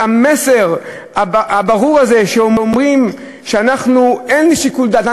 המסר הברור הוא שאומרים שאין שיקול דעת,